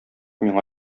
миңа